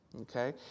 okay